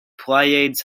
pleiades